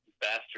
bastard